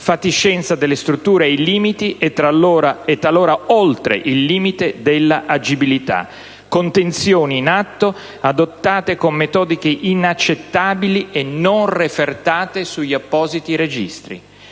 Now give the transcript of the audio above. fatiscenza delle strutture, ai limiti - e talora oltre il limite - della agibilità; contenzioni in atto, adottate con metodiche inaccettabili e non refertate sugli appositi registri.